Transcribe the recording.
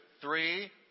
three